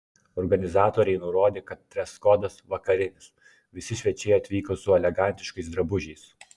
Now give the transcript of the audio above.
organizatoriai nurodė kad dreskodas vakarinis visi svečiai atvyko su elegantiškais drabužiais